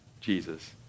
Jesus